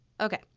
Okay